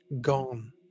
gone